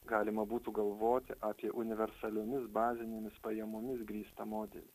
galima būtų galvoti apie universaliomis bazinėmis pajamomis grįstą modelį